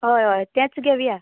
हय हय तेंच घेवया